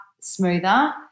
smoother